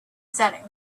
setting